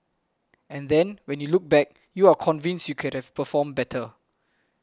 and then when you look back you are convinced you could have performed better